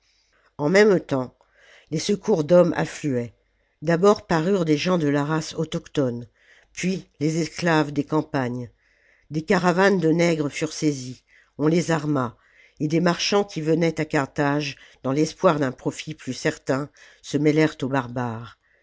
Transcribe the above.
en même temps les secours d'hommes affluaient d'abord parurent les gens de la race autochtone puis les esclaves des campagnes des caravanes de nègres furent saisies on les arma et des marchands qui venaient à carthage danstespoir d'un profit plus certain se mêlèrent aux barbares